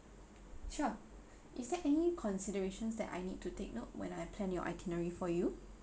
sure is that any considerations that I need to take note when I plan your itinerary for you